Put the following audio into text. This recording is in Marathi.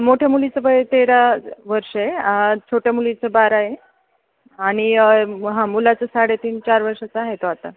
मोठ्या मुलीचं वय तेरा वर्ष आहे छोट्या मुलीचं बारा आहे आणि हा मुलाचं साडेतीन चार वर्षाचा आहे तो आता